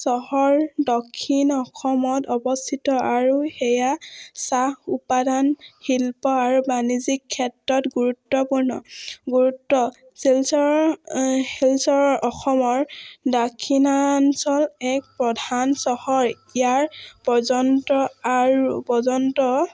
চহৰ দক্ষিণ অসমত অৱস্থিত আৰু সেয়া চাহ উপাদান শিল্প আৰু বাণিজ্যিক ক্ষেত্ৰত গুৰুত্বপূৰ্ণ গুৰুত্ব শিলচৰ শিলচৰৰ অসমৰ দক্ষিণাঞ্চল এক প্ৰধান চহৰ ইয়াৰ পৰ্যন্ত আৰু পৰ্যন্ত